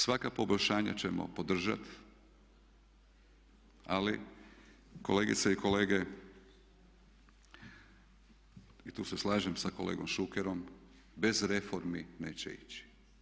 Svaka poboljšanja ćemo podržati, ali kolegice i kolege i tu se slažem sa kolegom Šukerom bez reformi neće ići.